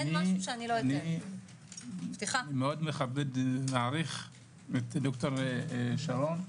אני מאוד מכבד ומעריף את ד"ר שרון.